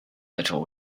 little